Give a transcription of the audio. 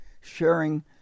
sharing